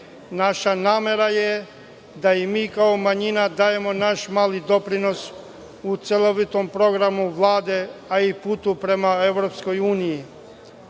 namera je da, i mi kao manjina, dajemo naš mali doprinos u celovitom programu Vlade, a i putu prema EU.